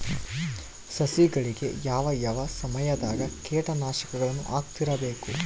ಸಸಿಗಳಿಗೆ ಯಾವ ಯಾವ ಸಮಯದಾಗ ಕೇಟನಾಶಕಗಳನ್ನು ಹಾಕ್ತಿರಬೇಕು?